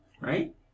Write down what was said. right